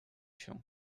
się